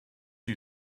you